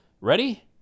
Ready